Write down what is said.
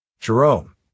Jerome